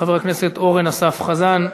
חבר הכנסת אורן אסף חזן.